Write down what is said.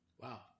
Wow